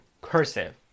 cursive